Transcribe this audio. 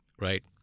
right